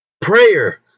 Prayer